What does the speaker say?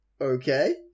Okay